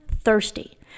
thirsty